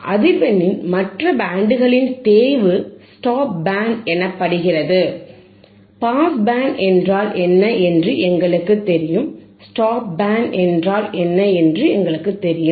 அதிர்வெண்ணின் மற்ற பேண்டுகளின் தேய்வு ஸ்டாப் பேண்ட் எனப்படுகிறது பாஸ் பேண்ட் என்றால் என்ன என்று எங்களுக்குத் தெரியும் ஸ்டாப் பேண்ட் என்றால் என்ன என்று எங்களுக்குத் தெரியும்